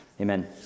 Amen